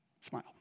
Smile